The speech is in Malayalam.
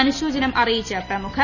അനുശോചനം അറിയിച്ച് പ്രമുഖർ